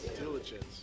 Diligence